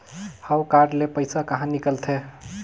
हव कारड ले पइसा कहा निकलथे?